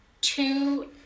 two